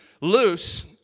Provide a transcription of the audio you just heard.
loose